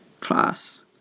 class